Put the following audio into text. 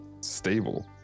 stable